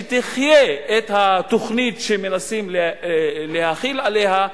שתחיה את התוכנית שמנסים להחיל עליה,